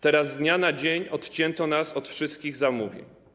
Teraz z dnia na dzień odcięto nas od wszystkich zamówień.